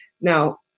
Now